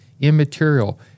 immaterial